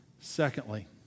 Secondly